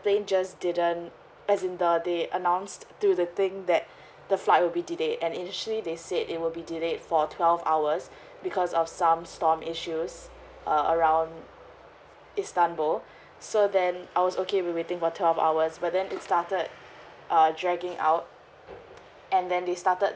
the plane just didn't as in the they announced to the thing that the flight will be delayed and initially they said it will be delayed for twelve hours because of some storm issues uh around istanbul so then I was okay with waiting for twelve hours but then it started err dragging out and then they started